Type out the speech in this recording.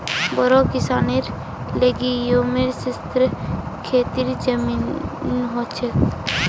बोड़ो किसानेर लिगि येमं विस्तृत खेतीर जमीन ह छे